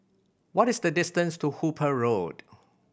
what is the distance to Hooper Road